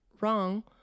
Wrong